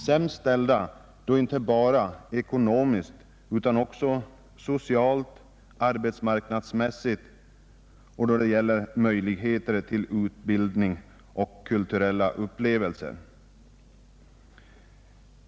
Sämst ställda inte bara ekonomiskt utan också socialt, arbetsmarknadsmässigt och då det gäller möjligheter till utbildning och kulturella upplevelser.